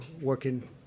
working